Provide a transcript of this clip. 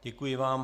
Děkuji vám.